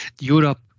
Europe